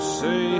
say